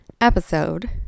episode